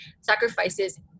sacrifices